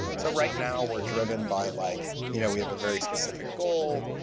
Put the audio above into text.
so right now, we're driven by like you know we have a very specific goal.